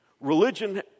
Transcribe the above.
Religion